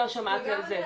שמעתי על זה,